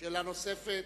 שאלה נוספת,